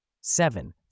Seven